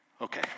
Okay